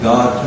God